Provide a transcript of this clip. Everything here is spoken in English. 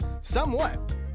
somewhat